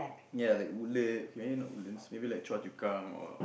yea like Woodlands okay maybe not Woodlands maybe like Chua-Chu-Kang or